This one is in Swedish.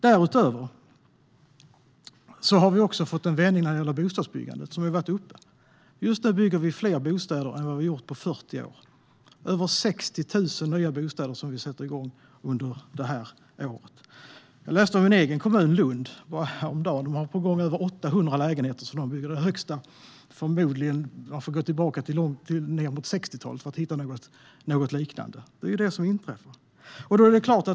Därutöver har vi fått en vändning när det gäller bostadsbyggandet, som har varit uppe. Just nu bygger vi fler bostäder än vad vi har gjort på 40 år. Vi sätter i gång med över 60 000 nya bostäder under det här året. Jag läste om min hemkommun Lund. De bygger över 800 lägenheter. Man får gå tillbaka till 60-talet för att hitta något liknande. Det är det som inträffar.